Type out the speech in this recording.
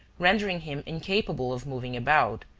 rendering him incapable of moving about,